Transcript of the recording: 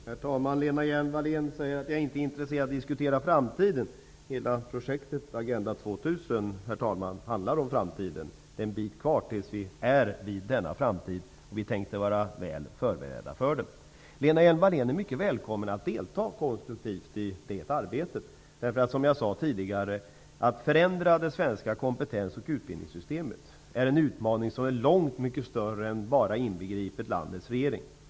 Herr talman! Lena Hjelm-Wallén säger att jag inte är intresserad av att diskutera framtiden. Hela projektet Agenda 2000 handlar om framtiden. Det är en bit kvar tills vi är vid denna framtid, och vi tänkte vara väl förberedda för den. Lena Hjelm-Wallén är mycket välkommen att delta konstruktivt i det arbetet. Som jag sade tidigare: Att förändra det svenska kompetens och utbildningssystemet är en utmaning som är långt större än bara inbegripet landets regering.